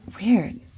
weird